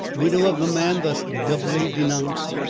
widow of the man thus doubly denounced,